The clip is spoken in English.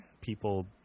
People